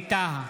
ווליד טאהא,